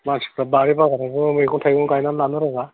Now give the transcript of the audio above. मानसिफ्रा बारि बागानावबो मैगं थाइगं गायना लानो रोङा